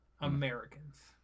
Americans